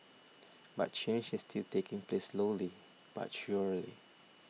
but change is still taking place slowly but surely